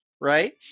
right